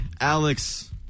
Alex